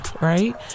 right